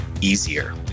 easier